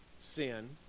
sin